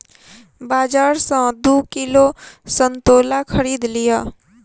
बाजार सॅ दू किलो संतोला खरीद लिअ